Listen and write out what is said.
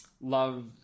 Love